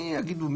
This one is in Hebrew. מי יגידו,